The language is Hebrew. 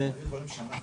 שהיה סקר